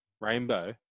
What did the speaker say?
Rainbow